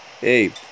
hey